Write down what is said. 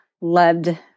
loved